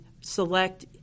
select